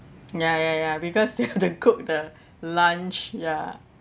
ya ya ya because they have to cook the lunch ya